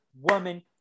woman